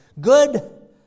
good